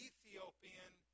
Ethiopian